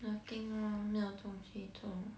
nothing lor 没有东西做